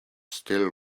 still